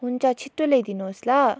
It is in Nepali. हुन्छ छिटो ल्याइदिनुहोस् ल